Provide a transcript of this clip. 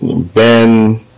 Ben